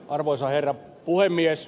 arvoisa herra puhemies